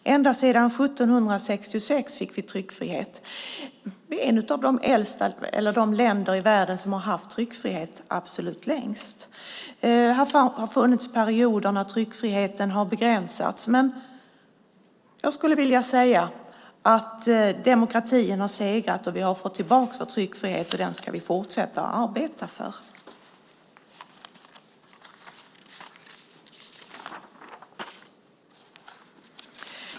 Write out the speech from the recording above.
Redan 1766 fick vi tryckfrihet. Vi är ett av de länder som har haft tryckfrihet absolut längst. Det har funnits perioder då tryckfriheten har begränsats, men jag skulle vilja säga att demokratin har segrat. Vi har fått tillbaka vår tryckfrihet, och den ska vi fortsätta att arbeta för.